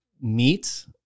meat